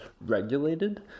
regulated